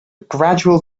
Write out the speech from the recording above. gradual